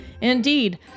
Indeed